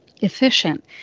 efficient